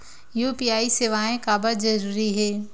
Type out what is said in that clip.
UPI सेवाएं काबर जरूरी हे?